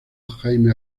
jaime